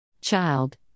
child